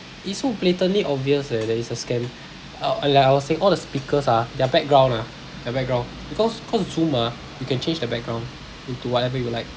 it's so blatantly obvious eh that it's a scam uh like I was saying all the speakers ah their background ah their background because cause zoom ah you can change the background into whatever you like